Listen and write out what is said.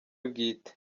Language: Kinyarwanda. bwite